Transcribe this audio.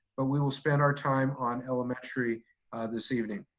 but we will spend our time on elementary this evening.